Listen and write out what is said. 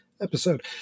episode